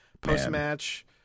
post-match